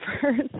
first